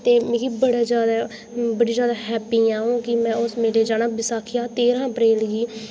ते उस न्यूज गी सुनियै मे बड़ी खुश होई दी में बड़ी ज्यादा हैप्पी आं के में उस मेले गी जाना